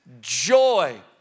joy